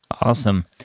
Awesome